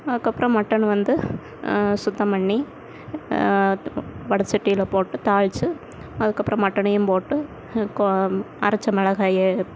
அதுக்கப்புறம் மட்டன் வந்து சுத்தம் பண்ணி வடை சட்டியில போட்டு தாளிச்சு அதுக்கப்புறம் மட்டனையும் போட்டு கொ அரைத்த மிளகாய